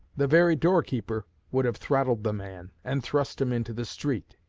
the very doorkeeper would have throttled the man, and thrust him into the street.